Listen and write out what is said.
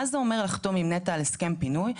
מה זה אומר לחתום עם נת"ע על הסכם פינוי?